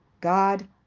God